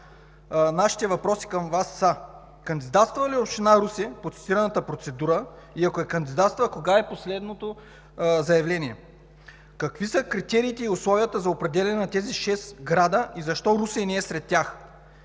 нашите въпроси към Вас са: кандидатства ли община Русе по цитираната процедура и ако е кандидатствала, кога е последното заявление; какви са критериите и условията за определяне на тези шест града и защо Русе не е сред тях;